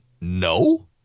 No